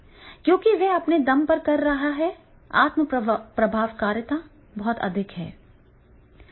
क्योंकि वह अपने दम पर कर रहा है आत्म प्रभावकारिता बहुत अधिक है